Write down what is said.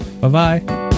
Bye-bye